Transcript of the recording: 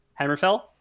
Hammerfell